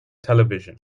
television